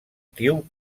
diu